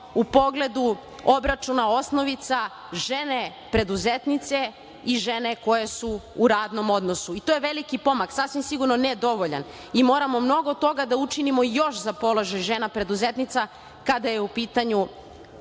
u pogledu obračuna osnovica žene preduzetnice i žene koje su u radnom odnosu. To je veliki pomak, sasvim sigurno ne dovoljan. Moramo mnogo toga da učinimo još za položaj žena preduzetnica kada je u pitanju